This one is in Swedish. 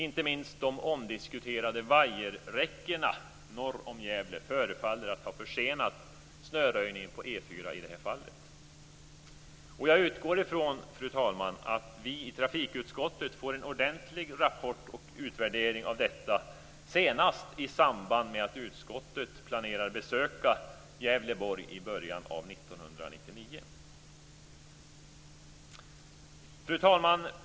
Inte minst de omdiskuterade vajerräckena norr om Gävle förefaller att ha försenat snöröjningen på E 4. Jag utgår från, fru talman, att vi i trafikutskottet får en ordentlig rapport och utvärdering av detta senast i samband med att utskottet planerar att besöka Fru talman!